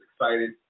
excited